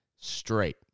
straight